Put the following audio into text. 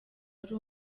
ari